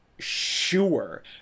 sure